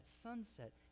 sunset